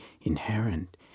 inherent